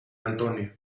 antonio